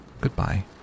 Goodbye